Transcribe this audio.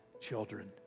children